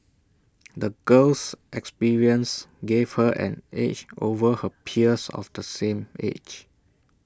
the girl's experiences gave her an edge over her peers of the same age